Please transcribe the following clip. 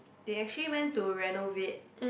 they actually went to renovate